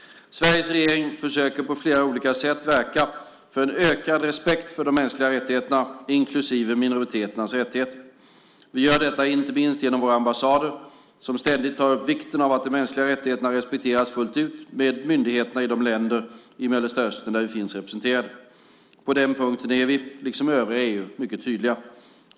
Sveriges regering försöker på flera olika sätt verka för en ökad respekt för de mänskliga rättigheterna, inklusive minoriteters rättigheter. Vi gör detta inte minst genom våra ambassader, som ständigt tar upp vikten av att de mänskliga rättigheterna respekteras fullt ut med myndigheterna i de länder i Mellanöstern där vi finns representerade. På den punkten är vi, liksom övriga EU, mycket tydliga.